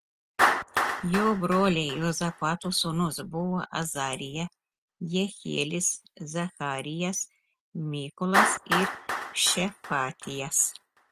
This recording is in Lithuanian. jo broliai juozapato sūnūs buvo azarija jehielis zacharijas mykolas ir šefatijas